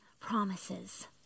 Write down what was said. promises